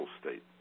state